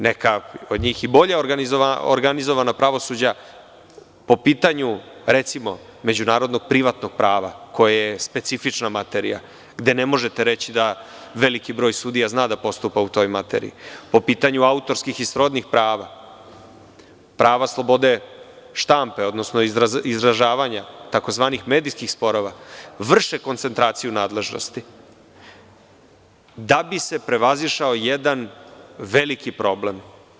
Mnoga veća, neka od njih i bolje organizovana pravosuđa, po pitanju recimo međunarodnog privatnog prava koje je specifična materija, gde ne možete reći da veliki broj sudija zna da postupa u toj materiji, po pitanju autorskih i srodnih prava, prava slobode štampe, odnosno izdržavanja, tzv. medijskih sporova, vrši koncentraciju nadležnosti da bi se prevazišao jedan veliki problem.